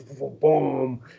boom